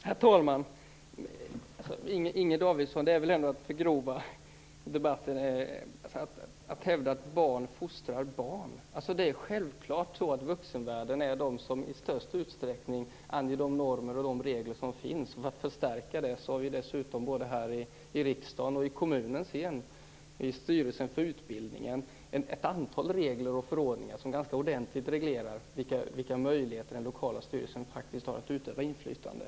Herr talman! Inger Davidson, det är väl ändå att förgrova debatten att hävda att barn fostrar barn. Det är självklart på det sättet att det är vuxenvärlden som i störst utsträckning anger de normer och de regler som finns. För att förstärka det har vi både här i riksdagen och i kommunerna och styrelsen för utbildningen ett antal regler och förordningar som ganska ordentligt reglerar vilka möjligheter som den lokala styrelsen faktiskt har att utöva inflytande.